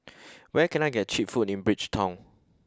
where can I get cheap food in Bridgetown